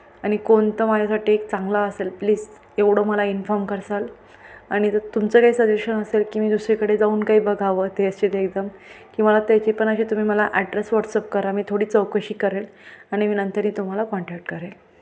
आणि कोणतं माझ्यासाठी एक चांगला असेल प्लीज एवढं मला इन्फॉर्म कराल आणि तर तुमचं काही सजेशन असेल की मी दुसरीकडे जाऊन काही बघावं तेच ते एकदम की मला त्याचे पण अशी तुम्ही मला ॲड्रेस व्हॉट्सअप करा मी थोडी चौकशी करेल आणि मी नंतरनी तुम्हाला कॉन्टॅक्ट करेल